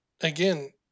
again